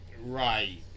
Right